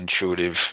intuitive